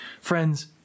Friends